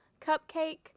cupcake